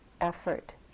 effort